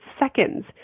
seconds